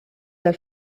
dal